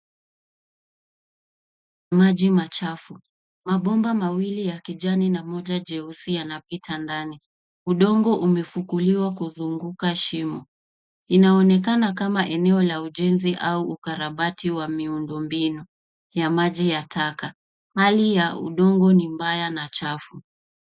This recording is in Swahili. Maji machafu. Mabomba mawili ya kijani na moja jeusi yanapita ndani. Udongo umefukuliwa kuzunguka shimo. Inaonekana kama eneo la ujenzi au ukarabati wa miundo mbinu ya maji ya taka. Hali ya udongo ni mbaya na chafu.